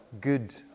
good